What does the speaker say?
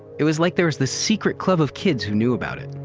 it was like there was the secret club of kids who knew about it.